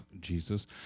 Jesus